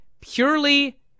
purely